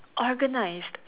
organised